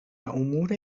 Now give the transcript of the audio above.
امور